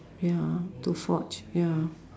ya to forge ya